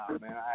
man